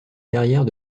carrière